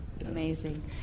amazing